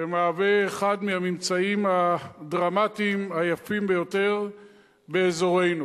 והוא אחד הממצאים הדרמטיים, היפים ביותר באזורנו.